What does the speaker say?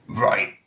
Right